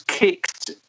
kicked